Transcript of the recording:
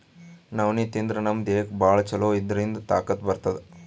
ನವಣಿ ತಿಂದ್ರ್ ನಮ್ ದೇಹಕ್ಕ್ ಭಾಳ್ ಛಲೋ ಇದ್ರಿಂದ್ ತಾಕತ್ ಬರ್ತದ್